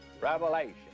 Revelation